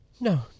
No